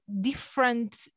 different